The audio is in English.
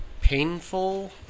painful